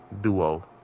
duo